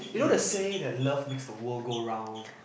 you know the say that love makes the world go round